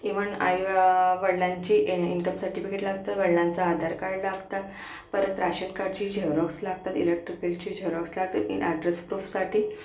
even आई वल् वडिलांची इन इन्कम सर्टिफिकेट लागतं वडिलांच आधार कार्ड लागतं परत राशन कार्डची झेरॉक्स लागतं इलेक्ट्रिक बिलाची झेरॉक्स लागतं इन ॲड्रेस प्रुफसाठी